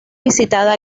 visitada